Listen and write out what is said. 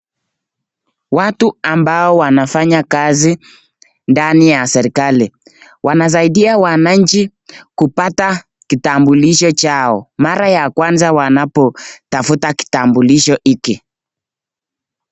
Watu ambao wanafanya kazi ndani ya serikali, wanasaidia wana nchi kupata kitambulisho chao mara ya kwanza wanapotafuta kitambulisho hiki.